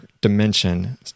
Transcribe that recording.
dimension